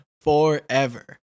forever